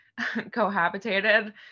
cohabitated